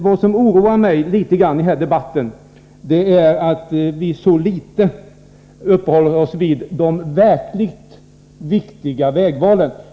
Vad som något oroar mig i den här debatten är att vi så litet uppehåller oss vid de verkligt viktiga vägvalen.